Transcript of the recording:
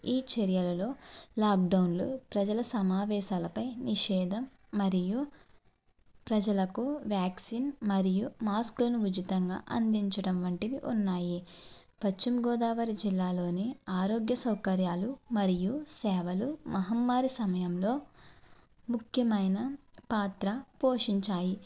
ఈ చర్యలలో లాక్డౌన్లు ప్రజల సమావేశాలపై నిషేధం మరియు ప్రజలకు వ్యాక్సిన్ మరియు మాస్క్లను ఉచితంగా అందించడం వంటివి ఉన్నాయి పశ్చిమగోదావరి జిల్లాలోని ఆరోగ్య సౌకర్యాలు మరియు సేవలు మహమ్మారి సమయంలో ముఖ్యమైన పాత్ర పోషించాయి